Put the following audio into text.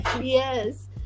Yes